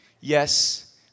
Yes